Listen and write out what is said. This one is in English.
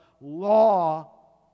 law